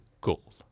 goal